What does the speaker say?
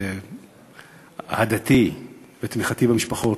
אהדתי ואת תמיכתי במשפחות,